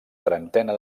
trentena